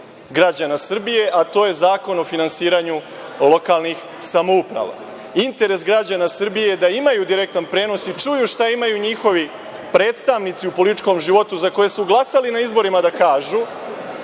građana Srbije, a to je Zakon o finansiranju lokalnih samouprava. Interes građana Srbije je da imaju direktan prenos i čuju šta imaju da kažu njihovi predstavnici u političkom životu, za koje su glasali na izborima,